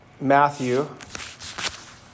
Matthew